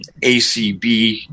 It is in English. ACB